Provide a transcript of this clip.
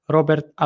Robert